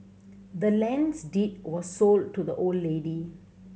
the land's deed was sold to the old lady